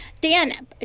Dan